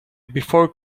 before